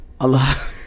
Allah